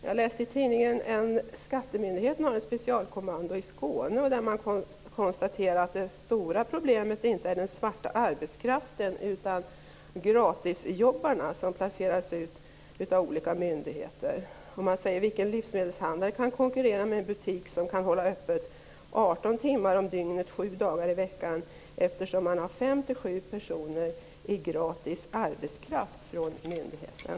Jag läste i tidningen att skattemyndigheten har ett specialkommando i Skåne. Man konstaterar där att det stora problemet inte är den svarta arbetskraften utan de gratisjobbare som placeras ut av olika myndigheter. Man säger: Vilken livsmedelshandel kan konkurrera med en butik som kan hålla öppet 18 timmar om dygnet sju dagar i veckan, eftersom man har fem-sju personer i gratis arbetskraft från myndigheten?